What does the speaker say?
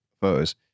photos